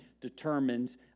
determines